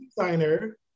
designer